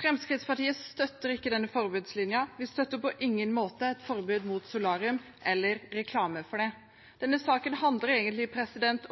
Fremskrittspartiet støtter ikke denne forbudslinjen, vi støtter på ingen måte et forbud mot solarium eller reklame for det. Denne saken handler egentlig